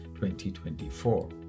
2024